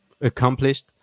accomplished